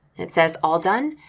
it says all done.